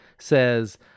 says